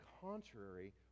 contrary